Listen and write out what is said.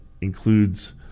includes